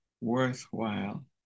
worthwhile